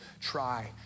try